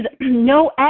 no